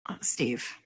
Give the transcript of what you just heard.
Steve